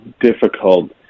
difficult